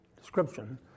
description